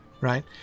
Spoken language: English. Right